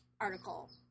article